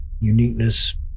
uniqueness